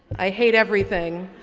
i hate everything.